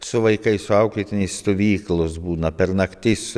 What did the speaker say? su vaikais su auklėtiniais stovyklos būna per naktis